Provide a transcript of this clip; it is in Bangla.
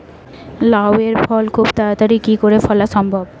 লাউ এর ফল খুব তাড়াতাড়ি কি করে ফলা সম্ভব?